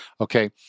Okay